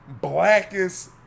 blackest